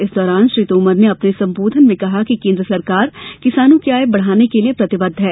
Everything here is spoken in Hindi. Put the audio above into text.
इस दौरान श्री तोमर ने अपने संबोधन में कहा कि केन्द्र सरकार किसानों की आय बढ़ाने के लिये प्रतिबद्ध है